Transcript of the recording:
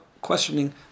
questioning